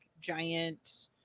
giant –